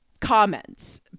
comments